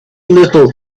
little